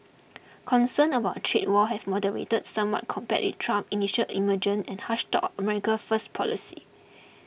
concerns about a trade war have moderated somewhat compared with Trump initial emergent and harsh talk America first policy